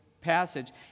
passage